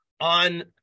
on